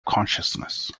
consciousness